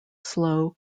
slow